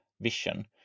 vision